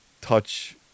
touch